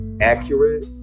accurate